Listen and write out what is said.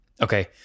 Okay